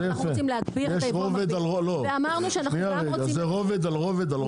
אנחנו רוצים להגביר את הייבוא- -- זה רובד על רובד על רוב.